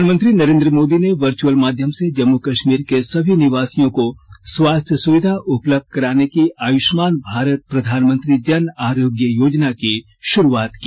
प्रधानमंत्री नरेन्द्र मोदी ने वर्चुअल माध्यम से जम्मू कश्मीर के सभी निवासियों को स्वास्थ्य सुविधा उपलब्ध कराने की आयुष्मान भारत प्रधानमंत्री जन आरोग्य योजना की शुरूआत की